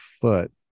foot